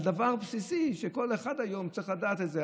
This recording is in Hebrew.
על דבר בסיסי, שכל אחד היום צריך לדעת אותו.